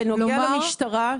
בנוגע למשטרה,